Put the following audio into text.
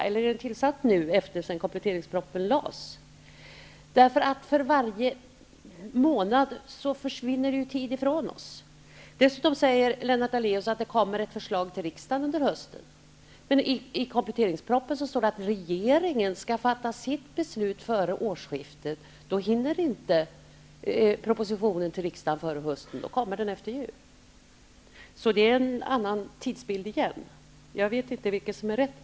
Eller är den tillsatt nu, sedan kompletteringspropositionen lades fram? För varje månad försvinner tid för oss. Dessutom säger Lennart Daléus att det kommer ett förslag till riksdagen under hösten. Men i kompletteringspropositionen står det att regeringen skall fatta sitt beslut före årsskiftet. Då hinner inte propositionen till riksdagen under hösten. Då kommer den efter jul. Det är fråga om en annan tidsbild. Jag vet inte vilket som är rätt.